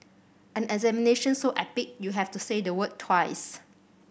an examination so epic you have to say the word twice